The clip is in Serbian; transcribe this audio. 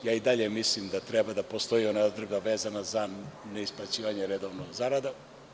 Ja i dalje mislim da treba da postoji ona odredba vezana za ne isplaćivanje redovno zarada.